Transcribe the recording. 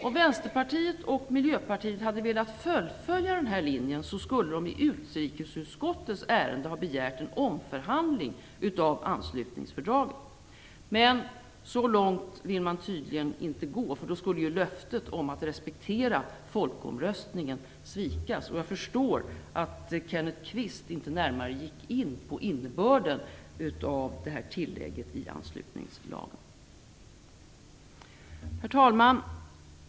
Om Vänsterpartiet och Miljöpartiet hade velat fullfölja denna linje, skulle de i utrikesutskottets ärende ha begärt en omförhandling av anslutningsfördraget. Men så långt vill man tydligen inte gå, för då skulle ju löftet om att respektera folkomröstningsresultatet svikas. Jag förstår att Kenneth Kvist inte närmare gick in på innebörden av tillägget i anslutningsfördraget. Herr talman!